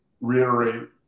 reiterate